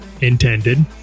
intended